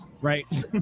right